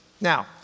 Now